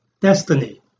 destiny